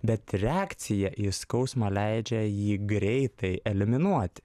bet reakcija į skausmą leidžia jį greitai eliminuoti